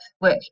work